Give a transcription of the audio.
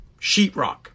sheetrock